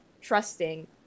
trusting